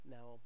Now